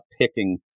picking